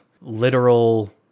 literal